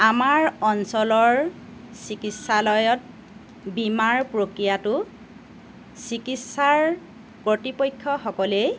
আমাৰ অঞ্চলৰ চিকিৎসালয়ত বীমাৰ প্ৰক্ৰিয়াটো চিকিৎসাৰ কৰ্তৃপক্ষসকলেই